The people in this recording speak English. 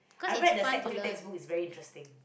I read the sec two textbook is very interesting